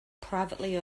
privately